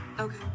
Okay